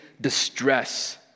distress